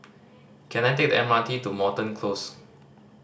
can I take the M R T to Moreton Close